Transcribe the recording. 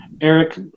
Eric